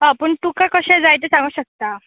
हय पूण तुका कशें जाय तें सांगूं शकता